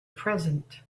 present